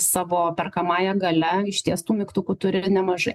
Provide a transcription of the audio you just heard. savo perkamąja galia išties tų mygtukų turi nemažai